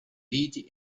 riti